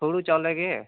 ᱦᱩᱲᱩ ᱪᱟᱣᱞᱮ ᱜᱮ